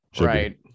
Right